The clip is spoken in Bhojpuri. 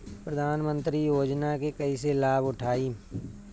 प्रधानमंत्री योजना के कईसे लाभ उठाईम?